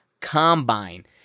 combine